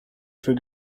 für